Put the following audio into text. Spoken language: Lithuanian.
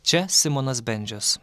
čia simonas bendžius